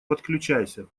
подключайся